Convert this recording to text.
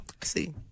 See